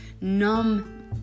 numb